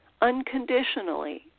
unconditionally